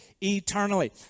eternally